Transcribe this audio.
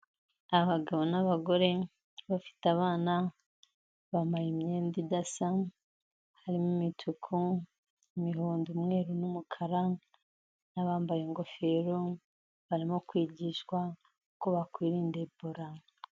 Abagabo n'abagore bafite abana, bambaye imyenda idasa, harimo imituku, imihondo umweru n'umukara, n'abambaye ingofero, barimo kwigishwa uko bakwirinda ebola.